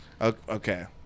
Okay